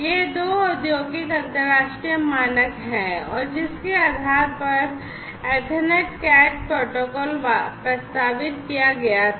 ये दो औद्योगिक अंतर्राष्ट्रीय मानक हैं और जिसके आधार पर ईथरनेट CAT प्रोटोकॉल प्रस्तावित किया गया था